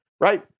right